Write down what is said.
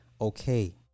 Okay